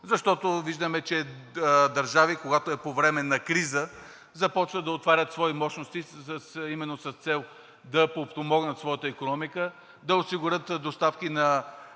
защото виждаме, че държави, когато са по време на криза, започват да отварят свои мощности именно с цел да подпомогнат своята икономика, да осигурят доставки на